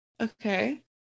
okay